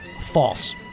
False